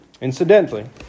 Incidentally